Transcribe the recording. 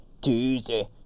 Tuesday